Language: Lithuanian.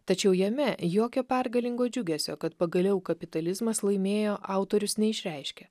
tačiau jame jokio pergalingo džiugesio kad pagaliau kapitalizmas laimėjo autorius neišreiškė